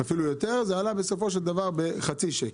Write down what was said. אפילו יותר, זה עלה בסופו של דבר בחצי שקל,